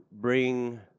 bring